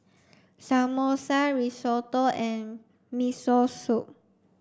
Samosa Risotto and Miso Soup